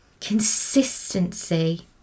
consistency